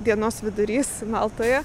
dienos vidurys maltoje